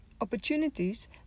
opportunities